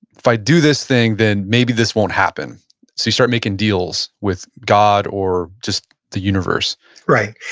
if i do this thing, then maybe this won't happen. so you start making deals with god, or just the universe right.